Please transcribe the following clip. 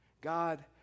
God